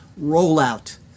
rollout